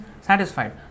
satisfied